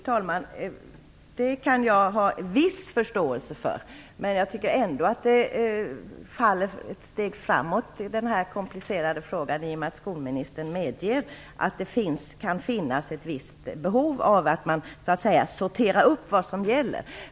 Fru talman! Det kan jag ha viss förståelse för. Men jag tycker ändå att denna komplicerade fråga faller ett steg framåt genom att skolministern medger att det kan finnas behov av att så att säga sortera upp vad som gäller.